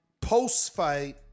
post-fight